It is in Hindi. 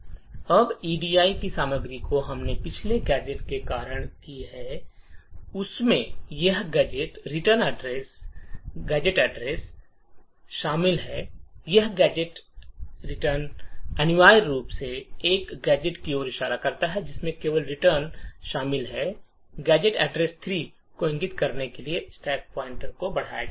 अब एडी की सामग्री जो हमने पिछले गैजेट के कारण की है उसमें यह गैजेट रिटर्न शामिल है यह गैजेट रिटर्न अनिवार्य रूप से इस गैजेट की ओर इशारा करता है जिसमें केवल रिटर्न शामिल है गैजेट एड्रेस 3 को इंगित करने के लिए स्टैक पॉइंटर को बढ़ाता है